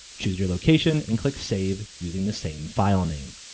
choose your location and click save using the same filename.